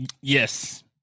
yes